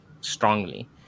strongly